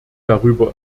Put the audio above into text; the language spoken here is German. darüber